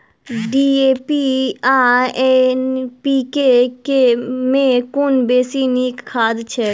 DAP आ NPK मे कुन बेसी नीक खाद छैक?